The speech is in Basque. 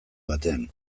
batean